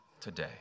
today